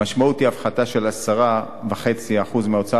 המשמעות היא הפחתה של 10.5% מההוצאה